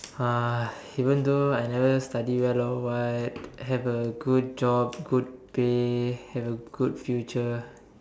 uh even though I never study well or what have a good job good pay have a good future